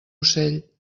ocell